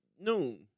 noon